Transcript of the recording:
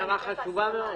זו הערה חשובה מאוד.